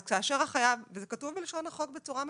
אז כאשר החייב, וזה כתוב בלשון החוק בצורה מפורשת,